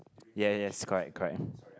ya yes correct correct